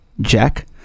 jack